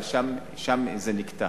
אבל שם זה נקטע.